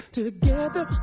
together